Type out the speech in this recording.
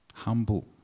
humble